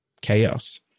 chaos